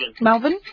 Melvin